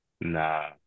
nah